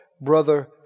Brother